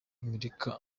amerika